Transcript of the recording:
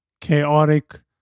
chaotic